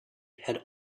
had